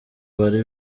wari